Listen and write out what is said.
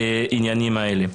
העניינים האלה.